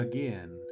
Again